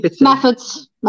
Methods